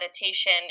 meditation